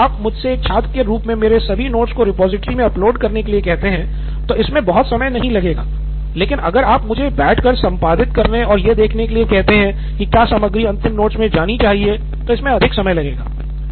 तो यदि आप मुझसे एक छात्र के रूप में मेरे सभी नोट्स को रिपॉजिटरी में अपलोड करने के लिए कहते हैं तो इसमें बहुत समय नहीं लगेगा लेकिन अगर आप मुझे बैठ कर संपादित करने और यह देखने के लिए कहते है कि क्या सामग्री अंतिम नोट्स मे जानी चाहिए तो इसमे अधिक समय लगेगा